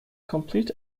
complete